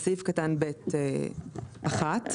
אז סעיף קטן (ב)(1) (1)